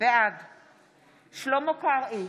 בעד שלמה קרעי,